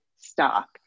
stop